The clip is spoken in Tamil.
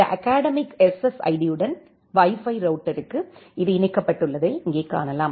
இந்த அகாடெமிக் SSID உடன் Wi Fi ரௌட்டர்க்கு இது இணைக்கப்பட்டுள்ளதை இங்கே காணலாம்